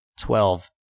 Twelve